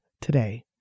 today